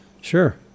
Sure